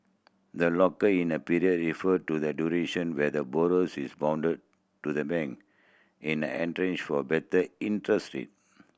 the locker in a period refer to the duration where the borrowers is bounded to the bank in for better interest rate